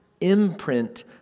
imprint